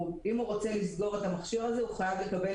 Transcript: אם הוא רוצה לסגור את המכשיר הזה הוא חייב לקבל